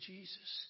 Jesus